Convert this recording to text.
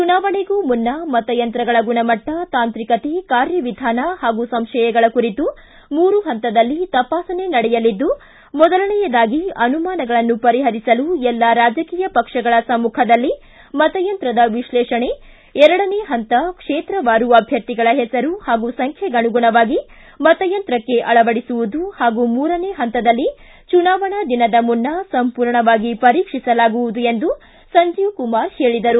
ಚುನಾವಣೆಗೂ ಮುನ್ನ ಮತಯಂತ್ರಗಳ ಗುಣಮಟ್ಟ ತಾಂತ್ರಿಕತೆ ಕಾರ್ಯವಿಧಾನ ಹಾಗೂ ಸಂಶಯಗಳ ಕುರಿತು ಮೂರು ಪಂತದಲ್ಲಿ ತಪಾಸಣೆ ನಡೆಯಲಿದ್ದು ಮೊದಲನೆಯದಾಗಿ ಅನುಮಾನಗಳನ್ನು ಪರಿಪರಿಸಲು ಎಲ್ಲಾ ರಾಜಕೀಯ ಪಕ್ಷಗಳ ಸಮ್ಮುಖದಲ್ಲಿ ಮತಯಂತ್ರದ ವಿಶ್ಲೇಷಣೆ ಎರಡನೇ ಹಂತ ಕ್ಷೇತ್ರವಾರು ಅಭ್ಯರ್ಥಿಗಳ ಹೆಸರು ಹಾಗೂ ಸಂಖ್ಯೆಗನುಗುಣವಾಗಿ ಮತಯಂತ್ರಕ್ಕೆ ಅಳವಡಿಸುವುದು ಮತ್ತು ಮೂರನೇ ಪಂತದಲ್ಲಿ ಚುನಾವಣಾ ದಿನದ ಮುನ್ನ ಸಂಪೂರ್ಣವಾಗಿ ಪರೀಕ್ಷಿಸಲಾಗುವುದು ಎಂದು ಸಂಜೀವ್ ಕುಮಾರ ಹೇಳಿದರು